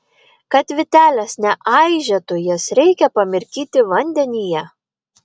kad vytelės neaižėtų jas reikia pamirkyti vandenyje